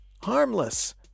Harmless